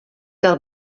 del